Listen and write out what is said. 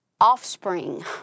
offspring